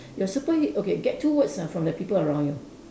ya super he~ okay get two words ah from the people around you